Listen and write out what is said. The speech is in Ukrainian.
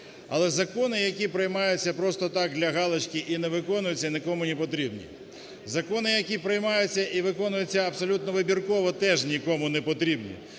але закони, які приймаються просто так, для галочки і не виконуються, нікому не потрібні. Закони, які приймаються і виконуються абсолютно вибірково, теж нікому не потрібні.